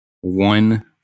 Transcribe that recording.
one